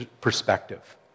perspective